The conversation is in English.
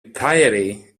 piety